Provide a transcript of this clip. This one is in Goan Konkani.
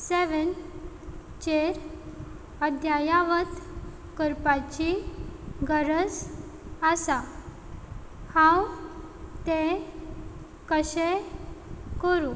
सेवॅनचेर अध्यावत करपाची गरज आसा हांव तें कशें करूं